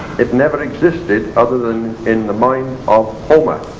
it never exited other than in the mind of homer